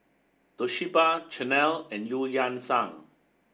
Toshiba Chanel and Eu Yan Sang